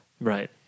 Right